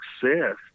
success